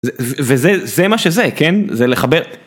וזה זה מה שזה כן זה לכבד